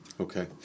Okay